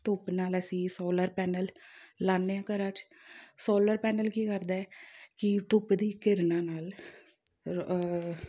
ਧੁੱਪ ਨਾਲ ਅਸੀਂ ਸੋਲਰ ਪੈਨਲ ਲਾਉਂਦੇ ਹਾਂ ਘਰਾਂ 'ਚ ਸੋਲਰ ਪੈਨਲ ਕੀ ਕਰਦਾ ਕਿ ਧੁੱਪ ਦੀ ਕਿਰਨਾਂ ਨਾਲ